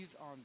on